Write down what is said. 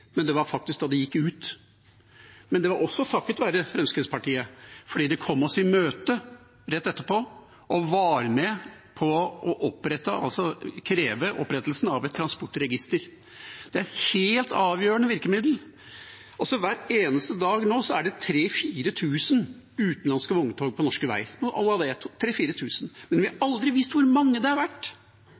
men faktisk da de gikk ut. Men det var også takket være Fremskrittspartiet, for de kom oss i møte rett etterpå og var med på å kreve opprettelsen av et transportregister. Det er et helt avgjørende virkemiddel. Hver eneste dag er det noe sånt som 3 000–4 000 utenlandske vogntog på norske veier, men vi har aldri visst hvor mange det har vært, hva de gjør, når de laster og losser, hvor mange oppdrag de har.